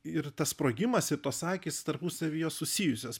ir tas sprogimas ir tos akys tarpusavy jos susijusios